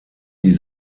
die